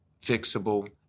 fixable